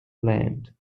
land